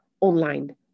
online